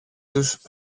τους